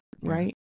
Right